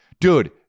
Dude